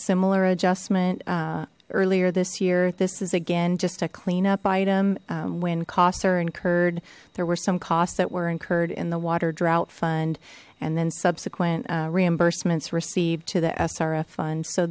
similar adjustment earlier this year this is again just a clean up item when costs are incurred there were some costs that were incurred in the water drought fund and then subsequent reimbursements received to the srf fund so